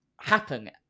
happen